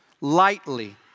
lightly